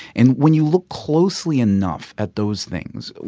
and when you look closely enough at those things,